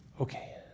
Okay